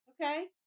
Okay